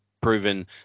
proven